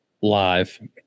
live